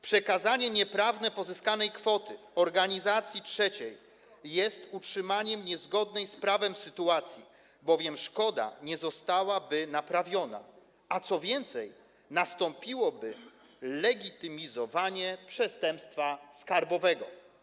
Przekazanie nieprawnie pozyskanej kwoty organizacji trzeciej jest utrzymaniem niezgodnej z prawem sytuacji, bowiem szkoda nie zostałaby naprawiona, co więcej, nastąpiłoby legitymizowanie przestępstwa skarbowego.